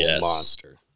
monster